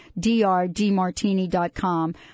drdmartini.com